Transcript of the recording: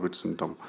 symptom